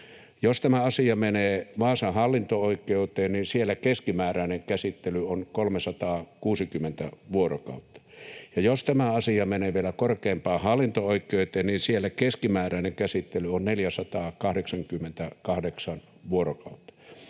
Jos tämä asia menee Vaasan hallinto-oikeuteen, niin siellä keskimääräinen käsittely on 360 vuorokautta, ja jos tämä asia menee vielä korkeimpaan hallinto-oikeuteen, niin siellä keskimääräinen käsittely on 488 vuorokautta.